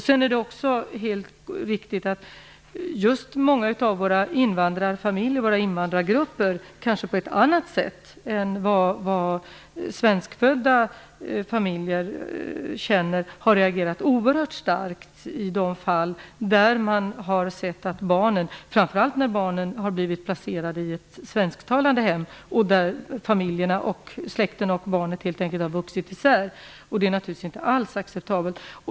Det är också helt riktigt att många av våra invandrargrupper kanske på ett annat sätt än svenskfödda familjer har reagerat oerhört starkt i de fall där man har sett - framför allt när barn blivit placerade i svensktalande hem - att släkten och barnen helt enkelt vuxit isär. Det är naturligtvis inte alls acceptabelt.